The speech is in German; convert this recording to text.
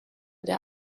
der